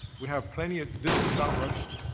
we have plenty of this was not rushed.